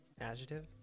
adjective